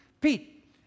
Pete